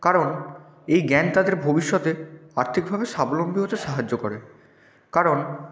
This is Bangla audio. কারণ এই জ্ঞান তাদের ভবিষ্যতে আর্থিকভাবে স্বাবলম্বী হতে সাহায্য করে কারণ